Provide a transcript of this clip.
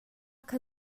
kha